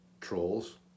trolls